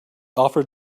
offered